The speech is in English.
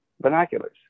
binoculars